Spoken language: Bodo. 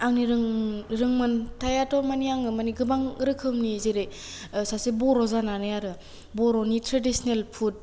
आंनि रों रोंमोन्थायाथ' माने आङो मानि गोबां रोखोमनि जेरै सासे बर' जानानै आरो बर'नि ट्रेडिसनेल फुद